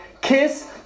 kiss